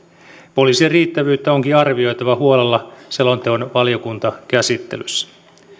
poliisien riittävyyttä onkin arvioitava huolella selonteon valiokuntakäsittelyssä